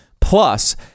plus